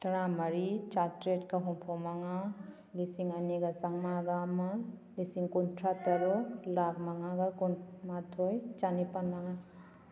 ꯇꯔꯥ ꯃꯔꯤ ꯆꯥꯇ꯭ꯔꯦꯠꯀ ꯍꯨꯝꯐꯨ ꯃꯉꯥ ꯂꯤꯁꯤꯡ ꯑꯅꯤꯒ ꯆꯥꯝꯃꯉꯥꯒ ꯑꯃ ꯂꯤꯁꯤꯡ ꯀꯨꯟꯊ꯭ꯔꯥ ꯇꯔꯨꯛ ꯂꯥꯈ ꯃꯉꯥꯒ ꯀꯨꯟ ꯃꯥꯊꯣꯏ ꯆꯅꯤꯄꯥꯟ ꯃꯉꯥ